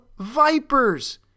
Vipers